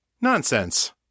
Nonsense